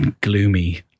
gloomy